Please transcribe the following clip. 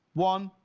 one,